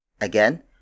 Again